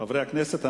חברי הכנסת,